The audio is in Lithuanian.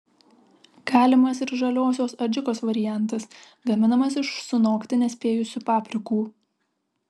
galimas ir žaliosios adžikos variantas gaminamas iš sunokti nespėjusių paprikų